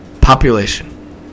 population